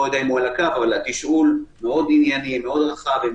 ענייני ורחב.